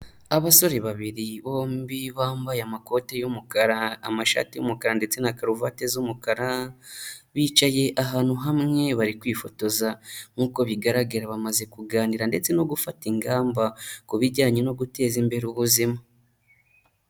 Abasore babiri bombi bambaye amakoti y'umukara, amashati y'umukara, ndetse na karovati z'umukara, bicaye ahantu hamwe bari kwifotoza, nkuko bigaragara bamaze kuganira ndetse no gufata ingamba, ku bijyanye no guteza imbere ubuzima.